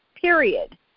period